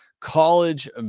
college